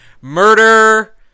murder